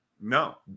No